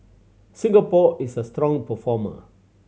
Singapore is a strong performer